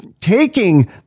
taking